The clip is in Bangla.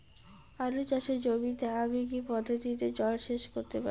আলু চাষে জমিতে আমি কী পদ্ধতিতে জলসেচ করতে পারি?